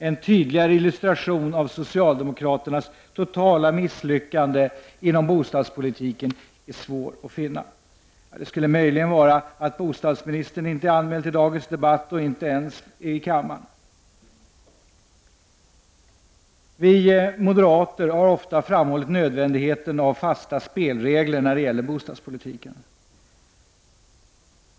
En tydligare illustration av socialdemokraternas totala misslyckande inom bostadspolitiken är svår att finna. Det skulle i så fall möjligen vara att bostadsministern inte är anmäld till dagens debatt och inte ens är i kammaren. Vi moderater har ofta framhållit nödvändigheten av fasta spelregler när det gäller bostadspolitiken.